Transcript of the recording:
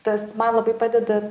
tas man labai padeda